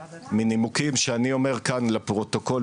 מנימוקים שאני אומר כאן לפרוטוקול,